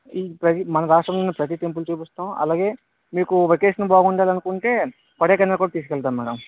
ఈ మన రాష్ట్రంలో ఉన్న ప్రతి టెంపుల్ చూపిస్తాం అలాగే మీకు వెకేషన్ బాగుండాలను కుంటే కొడైకెనాల్ కూడా తీసుకెళ్తాను మేడం